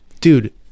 Dude